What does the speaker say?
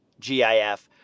GIF